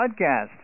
podcast